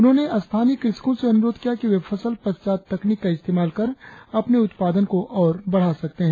उन्होंने स्थानीय कृषकों से अनुरोध किया कि वे फसल पश्चात तकनीक का इस्तेमाल कर अपने उत्पादन को और बढ़ा सकते है